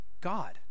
God